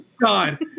God